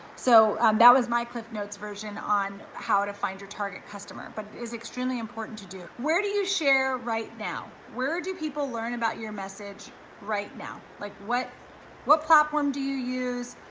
so that was my cliff notes version on how to find your target customer, but it is extremely important to do. where do you share right now? where do people learn about your message right now? like what what platform do you use?